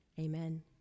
Amen